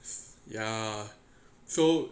ya so